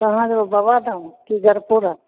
कहाँ जेबै बाबाधाम कि गरपुरा